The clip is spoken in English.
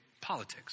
politics